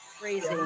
Crazy